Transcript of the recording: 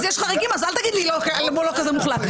אז יש חריגים, אז אל תגיד לא כזה מוחלט.